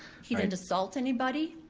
he didn't assault anybody.